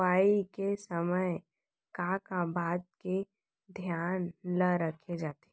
बुआई के समय का का बात के धियान ल रखे जाथे?